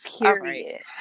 Period